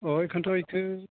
अह बेखायनोथ' बेखौ